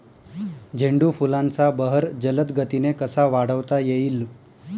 झेंडू फुलांचा बहर जलद गतीने कसा वाढवता येईल?